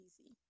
easy